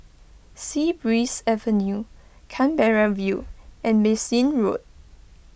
Sea Breeze Avenue Canberra View and Bassein Road